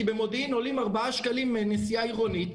כי במודיעין עולים 4 שקלים נסיעה עירונית,